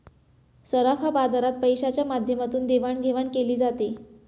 सराफा बाजारात पैशाच्या माध्यमातून देवाणघेवाण केली जाते